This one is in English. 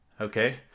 okay